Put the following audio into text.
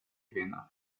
kvinna